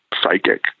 psychic